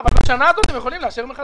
בשנה הזאת הם יכולים לאשר מחדש.